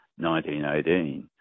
1918